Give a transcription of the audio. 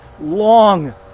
long